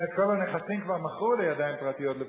כן, את כל הנכסים כבר מכרו לידיים פרטיות.